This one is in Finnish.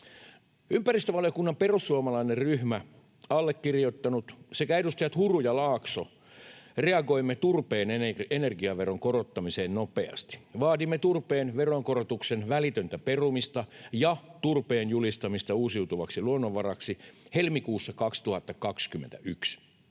Ympäristövaliokunnan perussuomalainen ryhmä, allekirjoittanut sekä edustajat Huru ja Laakso, reagoi turpeen energiaveron korottamiseen nopeasti. Vaadimme turpeen veronkorotuksen välitöntä perumista ja turpeen julistamista uusiutuvaksi luonnonvaraksi helmikuussa 2021.